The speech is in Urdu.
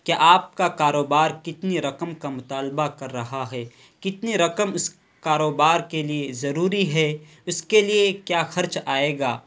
کہ آپ کا کاروبار کتنی رقم کا مطالبہ کر رہا ہے کتنی رقم اس کاروبار کے لیے ضروری ہے اس کے لیے کیا خرچ آئے گا